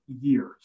years